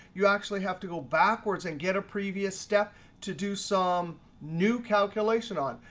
you actually have to go backwards and get a previous step to do some new calculation on.